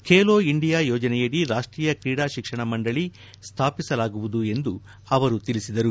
Khelo India ಯೋಜನೆಯಡಿ ರಾಷ್ಟೀಯ ಕ್ರೀಡಾ ಶಿಕ್ಷಣ ಮಂಡಳಿ ಸ್ವಾಪಿಸಲಾಗುವುದು ಎಂದು ಅವರು ತಿಳಿಸಿದರು